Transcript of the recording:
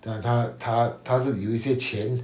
但他他他是有一些钱